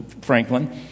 Franklin